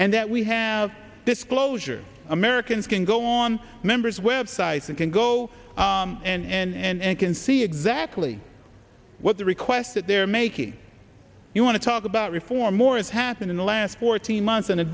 and that we have disclosure americans can go on members web sites that can go and can see exactly what the requests that they're making you want to talk about reform or it's happened in the last fourteen months in a